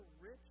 rich